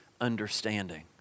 understanding